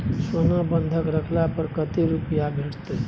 सोना बंधक रखला पर कत्ते रुपिया भेटतै?